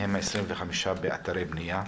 מהם 25 באתרי בנייה.